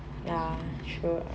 ya true